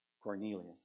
Cornelius